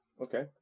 Okay